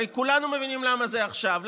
הרי כולם מבינים למה זה עכשיו.